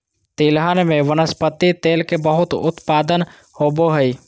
तिलहन में वनस्पति तेल के वृहत उत्पादन होबो हइ